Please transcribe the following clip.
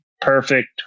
perfect